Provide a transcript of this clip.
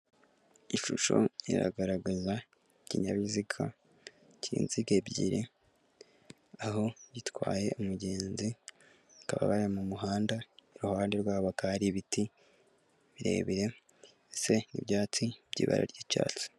Ishusho iragaragaza ikinyabiziga cy'inziga ebyiri, aho gitwaye umugenzi, bakaba bari mu muhanda, iruhande rwabo hakaba hari ibiti birebire, ndetse n'ibyatsi by'ibara ry'icyatsi.